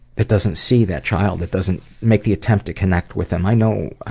that doesn't see that child, that doesn't make the attempt to connect with them. i know.